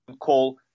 call